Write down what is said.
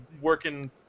working